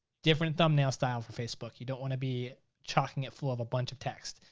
different thumbnail style for facebook. you don't wanna be chalking it full of a bunch of texts.